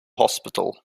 hospital